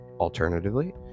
Alternatively